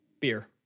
Beer